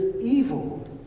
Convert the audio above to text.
evil